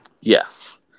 yes